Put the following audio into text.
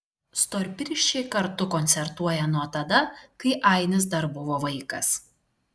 storpirščiai kartu koncertuoja nuo tada kai ainis dar buvo vaikas